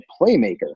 playmaker